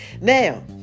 Now